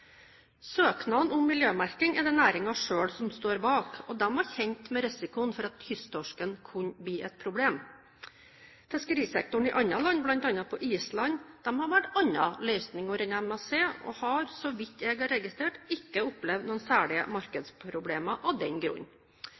Søknaden om miljømerking er det næringen selv som står bak, og de var kjent med risikoen for at kysttorsken kunne bli et problem. Fiskerisektoren i andre land, bl.a. på Island, har valgt andre løsninger enn MSC og har, så vidt jeg har registrert, ikke opplevd noen særlige markedsproblemer av den grunn.